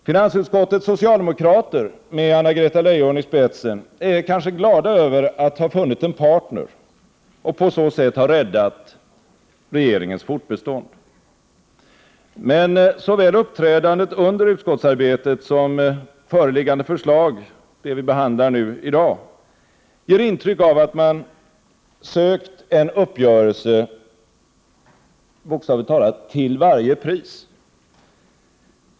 Finansutskottets socialdemokrater med Anna-Greta Leijon i spetsen är kanske glada över att ha funnit en partner och på så sätt ha räddat regeringens fortbestånd. Men såväl uppträdandet under utskottsarbetet som föreliggande förslag ger intryck av att man sökt en uppgörelse bokstavligt talat till varje pris.